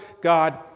God